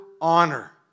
honor